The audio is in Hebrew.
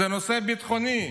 זה נושא ביטחוני.